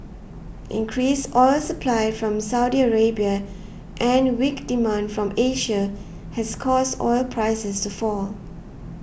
increased oil supply from Saudi Arabia and weak demand from Asia has caused oil prices to fall